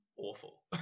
awful